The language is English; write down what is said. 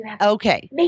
Okay